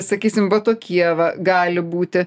sakysim va tokie va gali būti